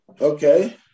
Okay